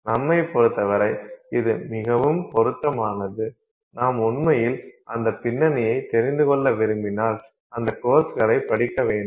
நம்மை பொறுத்தவரை இது மிகவும் பொருத்தமானது நாம் உண்மையில் அந்த பின்னணியை தெரிந்து கொள்ள விரும்பினால் அந்த கோர்ஸ்களைப் படிக்க வேண்டும்